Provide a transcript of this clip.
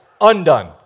undone